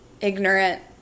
ignorant